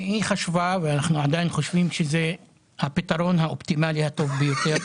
היא חשבה ואנחנו עדיין חושבים שזה הפתרון האופטימלי הטוב ביותר,